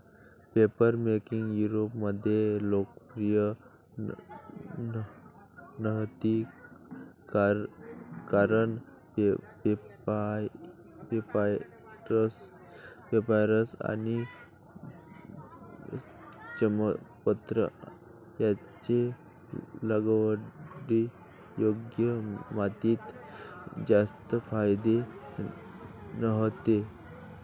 papermaking युरोपमध्ये लोकप्रिय नव्हती कारण पेपायरस आणि चर्मपत्र यांचे लागवडीयोग्य मातीत जास्त फायदे नव्हते